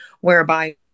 whereby